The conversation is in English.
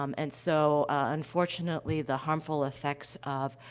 um and so, ah, unfortunately, the harmful effects of,